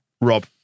Rob